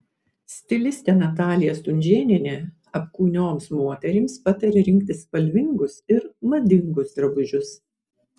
stilistė natalija stunžėnienė apkūnioms moterims pataria rinktis spalvingus ir madingus drabužius